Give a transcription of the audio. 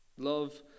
love